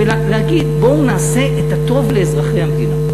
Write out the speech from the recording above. ולהגיד: בואו נעשה את הטוב לאזרחי המדינה.